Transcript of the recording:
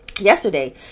yesterday